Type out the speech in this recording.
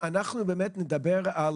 אנחנו נדבר על